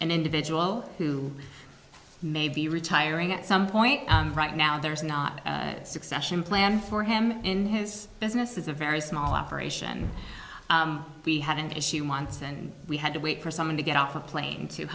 an individual who may be retiring at some point right now there is not succession plan for him in his business is a very small operation we had an issue months and we had to wait for someone to get off a plane to